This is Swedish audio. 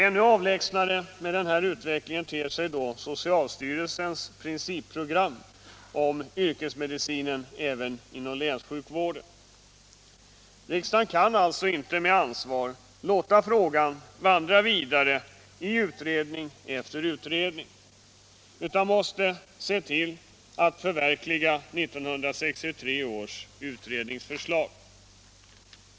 Ännu avlägsnare med den här utvecklingen ter sig socialstyrelsens principprogram för yrkesmedicin även inom länssjukvården. Riksdagen kan alltså inte med ansvar låta frågan vandra vidare i utredning efter utredning utan måste se till att förverkliga 1963 års utredningsförslag.